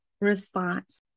response